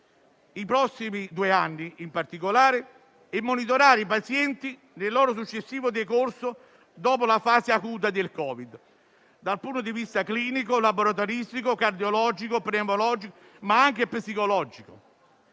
prossimi due anni in particolare) e monitorare i pazienti nel loro successivo decorso dopo la fase acuta del Covid dal punto di vista clinico, laboratoristico, cardiologico, pneumologico, ma anche psicologico.